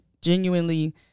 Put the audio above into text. genuinely